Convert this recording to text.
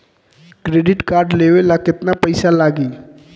Credit card लेवे ला केतना पइसा लागी?